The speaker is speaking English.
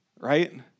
right